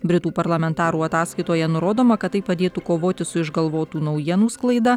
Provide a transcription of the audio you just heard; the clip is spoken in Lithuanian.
britų parlamentarų ataskaitoje nurodoma kad tai padėtų kovoti su išgalvotų naujienų sklaida